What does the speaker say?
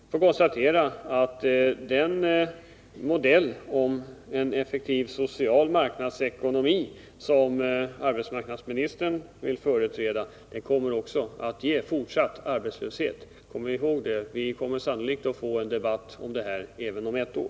Jag får konstatera att den modell för en effektiv social arbetsmarknadsekonomi som arbetsmarknadsministern vill företräda också kommer att ge fortsatt arbetslöshet. Kom ihåg det! Vi kommer sannolikt att få ytterligare en debatt i den här frågan om ett år.